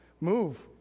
Move